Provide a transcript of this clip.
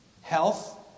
health